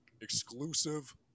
exclusive